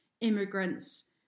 immigrants